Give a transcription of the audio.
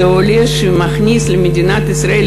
זה עולה שמכניס למדינת ישראל,